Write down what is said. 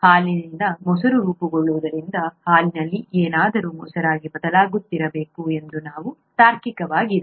ಹಾಲಿನಿಂದ ಮೊಸರು ರೂಪುಗೊಳ್ಳುವುದರಿಂದ ಹಾಲಿನಲ್ಲಿ ಏನಾದರೂ ಮೊಸರಾಗಿ ಬದಲಾಗುತ್ತಿರಬೇಕು ಅದು ತುಂಬಾ ತಾರ್ಕಿಕವಾಗಿದೆ